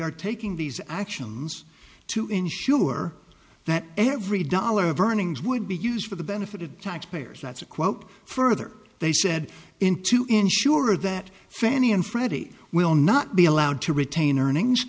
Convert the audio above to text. are taking these actions to ensure that every dollar of earnings would be used for the benefit of taxpayers that's a quote further they said in to ensure that fannie and freddie will not be allowed to retain earnings